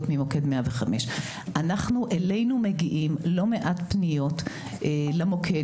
ממוקד 105. אלינו מגיעות לא מעט פניות למוקד,